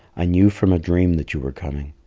i knew from a dream that you were coming.